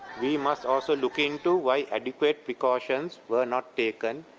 we must also look into why and precautions were not taken.